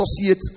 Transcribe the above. associate